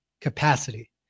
capacity